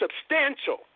substantial